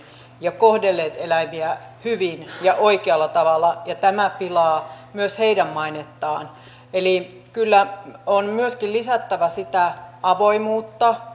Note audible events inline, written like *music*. ja kohdelleet eläimiä hyvin ja oikealla tavalla ja tämä pilaa myös heidän mainettaan eli kyllä on myöskin lisättävä sitä avoimuutta *unintelligible*